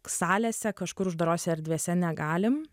salėse kažkur uždarose erdvėse negalim